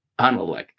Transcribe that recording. unelected